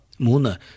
Muna